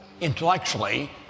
intellectually